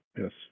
Yes